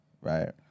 right